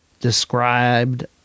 described